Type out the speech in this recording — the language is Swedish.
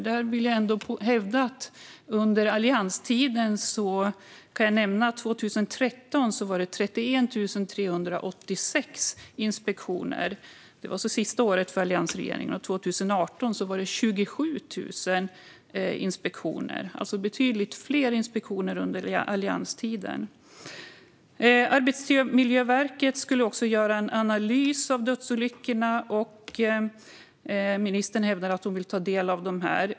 Då kan jag nämna att 2013, under allianstiden, var det 31 386 inspektioner. Det var alltså det sista året för alliansregeringen. År 2018 var det 27 000 inspektioner. Det var alltså betydligt fler inspektioner under allianstiden. Arbetsmiljöverket skulle också göra en analys av dödsolyckorna, och ministern hävdar att hon vill ta del av den.